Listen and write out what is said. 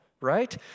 right